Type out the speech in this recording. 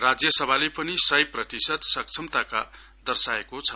राज्य सभाले पनि सय प्रतिशत सक्षमता दर्शाएको छ